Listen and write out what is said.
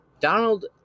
Donald